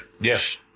Yes